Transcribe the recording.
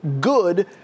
good